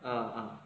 uh uh